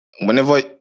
whenever